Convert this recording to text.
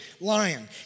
lion